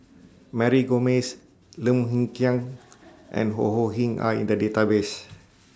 Mary Gomes Lim Hng Kiang and Ho Ho Ying Are in The Database